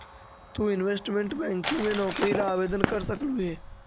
तु investment banking में नौकरी ला आवेदन कर सकलू हे